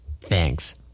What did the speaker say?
thanks